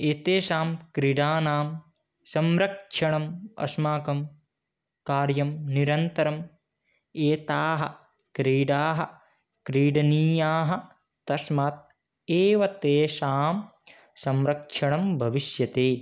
एतासां क्रीडानां संरक्षणम् अस्माकं कार्यं निरन्तरम् एताः क्रीडाः क्रीडनीयाः तस्मात् एव तासां संरक्षणं भविष्यति